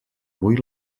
avui